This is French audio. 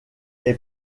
est